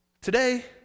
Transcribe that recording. Today